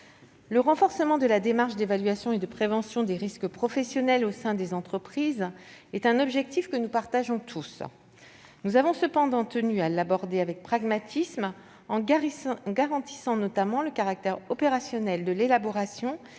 Le renforcement de la démarche d'évaluation et de prévention des risques professionnels au sein des entreprises est un objectif que nous partageons tous. Nous avons cependant tenu à l'aborder avec pragmatisme, en garantissant notamment le caractère opérationnel de l'élaboration et de la conservation